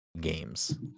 games